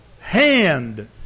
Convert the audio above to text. hand